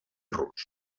rus